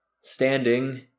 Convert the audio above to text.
standing